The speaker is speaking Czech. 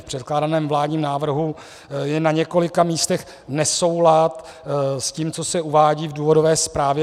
V předkládaném vládním návrhu je na několika místech nesoulad s tím, co se uvádí v důvodové zprávě.